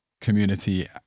community